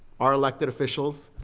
our elected officials,